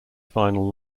final